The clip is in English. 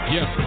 Yes